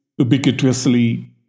ubiquitously